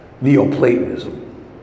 Neoplatonism